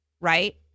Right